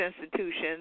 institutions